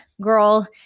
girl